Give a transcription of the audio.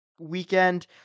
weekend